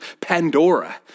Pandora